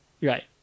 Right